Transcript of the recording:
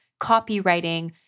copywriting